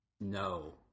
No